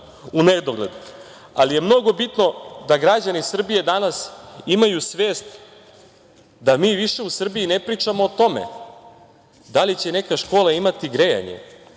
ali je mnogo bitno da građani Srbije danas imaju svest da mi više u Srbiji ne pričamo o tome da li će neka škola imati grejanje,